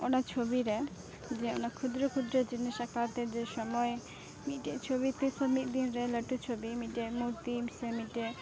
ᱚᱱᱟ ᱪᱷᱚᱵᱤᱨᱮ ᱡᱮ ᱚᱱᱟ ᱠᱷᱩᱫᱽᱨᱚ ᱠᱷᱩᱫᱽᱨᱚ ᱡᱤᱱᱤᱥ ᱟᱠᱟᱣᱛᱮ ᱡᱮ ᱥᱚᱢᱚᱭ ᱢᱤᱫᱴᱮᱡ ᱪᱷᱚᱵᱤ ᱛᱤᱥᱦᱚᱸ ᱢᱤᱫ ᱫᱤᱱᱨᱮ ᱞᱟᱹᱴᱩ ᱪᱷᱩᱵᱤ ᱢᱤᱫᱴᱮᱡ ᱢᱩᱨᱛᱤ ᱥᱮ ᱢᱤᱫᱴᱮᱡ